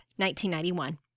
1991